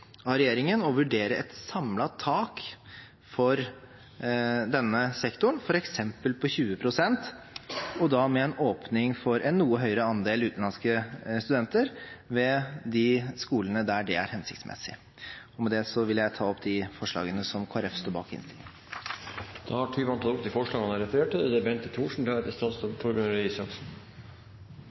av regjeringen å vurdere et samlet tak for denne sektoren, f.eks. 20 pst., og da med en åpning for en noe høyere andel utenlandske studenter ved de skolene der det er hensiktsmessig. Med dette vil jeg ta opp de forslagene som Kristelig Folkeparti står bak i innstillingen. Representanten Anders Tyvand har tatt opp de forslagene han refererte til. Først av alt vil jeg takke saksordføreren for en grundig gjennomgang av saken. Og som representanten Nybø sa, er det